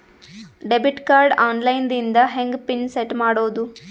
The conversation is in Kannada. ಡೆಬಿಟ್ ಕಾರ್ಡ್ ಆನ್ ಲೈನ್ ದಿಂದ ಹೆಂಗ್ ಪಿನ್ ಸೆಟ್ ಮಾಡೋದು?